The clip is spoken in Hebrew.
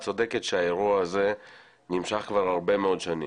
את צודקת שהאירוע הזה נמשך כבר הרבה מאוד שנים,